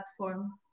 platform